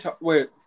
Wait